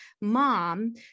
mom